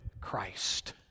Christ